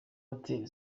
hotel